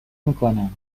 میکنم